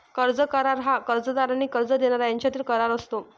कर्ज करार हा कर्जदार आणि कर्ज देणारा यांच्यातील करार असतो